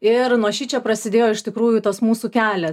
ir nuo šičia prasidėjo iš tikrųjų tas mūsų kelias